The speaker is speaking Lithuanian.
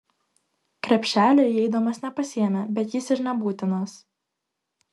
krepšelio įeidamas nepasiėmė bet jis ir nebūtinas